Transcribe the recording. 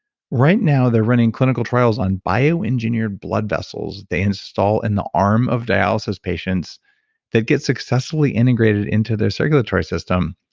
right now they're running clinical trials on bioengineered blood vessels they install in the arm of dialysis patients that gets successfully integrated into their circulatory system.